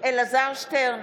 אלעזר שטרן,